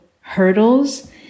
hurdles